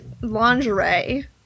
lingerie